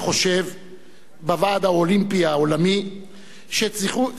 בוועד האולימפי העולמי שציון זכרם של